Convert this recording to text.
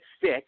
sick